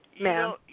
Ma'am